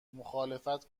مخالفت